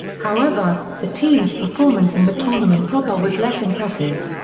however, the team's performance in the tournament proper was less impressive.